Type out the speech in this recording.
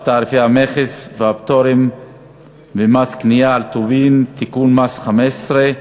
תעריף המכס והפטורים ומס קנייה על טובין (תיקון מס' 15),